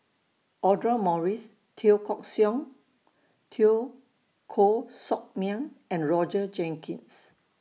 Audra Morrice Teo Teo Koh Sock Miang and Roger Jenkins